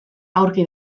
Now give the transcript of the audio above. aurki